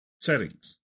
settings